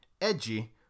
edgy